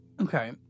Okay